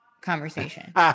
conversation